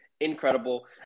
incredible